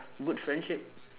good friendship